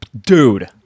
dude